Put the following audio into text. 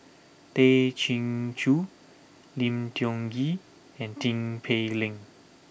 Tay Chin Joo Lim Tiong Ghee and Tin Pei Ling